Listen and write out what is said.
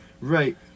right